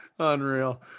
Unreal